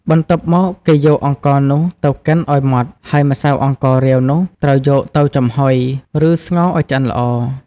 បន្ទាប់មក គេយកអង្ករនោះទៅកិនឲ្យម៉ដ្ឋ ហើយម្សៅអង្កររាវនោះត្រូវយកទៅចំហុយ ឬស្ងោរឲ្យឆ្អិនល្អ។